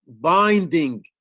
binding